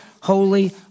holy